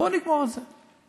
בואו נגמור את זה.